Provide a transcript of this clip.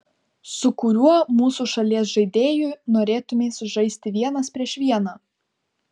su kuriuo mūsų šalies žaidėju norėtumei sužaisti vienas prieš vieną